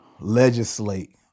legislate